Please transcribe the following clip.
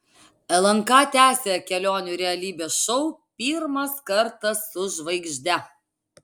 lnk tęsia kelionių realybės šou pirmas kartas su žvaigžde